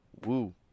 Woo